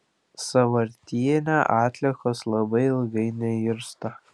sąvartyne atliekos labai ilgai neirsta